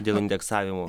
dėl indeksavimo